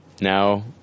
Now